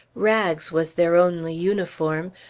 rags was their only uniform,